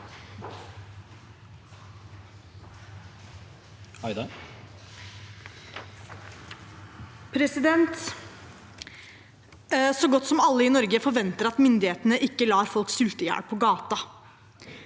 Så godt som alle i Norge forventer at myndighetene ikke lar folk sulte i hjel på gaten.